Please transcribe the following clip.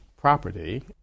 property